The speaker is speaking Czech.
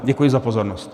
Děkuji za pozornost.